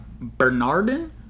Bernardin